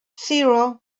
zero